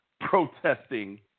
protesting